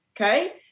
Okay